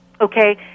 Okay